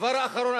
הדבר האחרון,